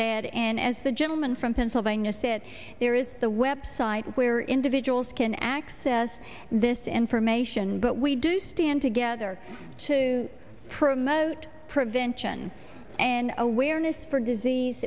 ad and as the gentleman from pennsylvania said there is the web site where individuals can access this information but we do stand together to promote prevention and awareness for disease